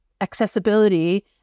accessibility